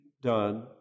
done